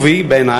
זה חיובי בעיני,